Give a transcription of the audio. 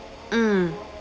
mm